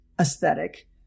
aesthetic